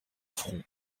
front